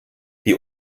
die